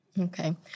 Okay